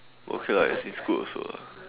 but okay lah as in it's good also lah